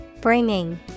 Bringing